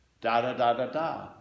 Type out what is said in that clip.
Da-da-da-da-da